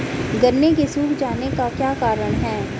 गन्ने के सूख जाने का क्या कारण है?